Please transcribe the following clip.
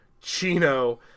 Chino